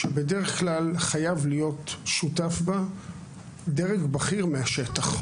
כשבדרך כלל חייב להיות שותף בה דרג בכיר מהשטח.